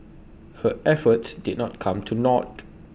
her efforts did not come to naught